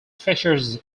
features